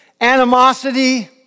animosity